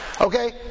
Okay